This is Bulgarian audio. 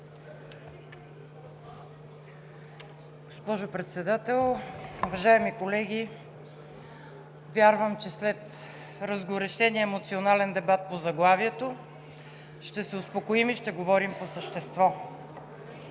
Госпожо Председател, уважаеми колеги! Вярвам, че след разгорещения емоционален дебат по заглавието ще се успокоим и ще говорим по същество.